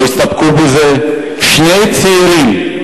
לא הסתפקו בזה: שני צעירים,